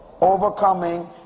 Overcoming